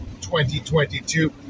2022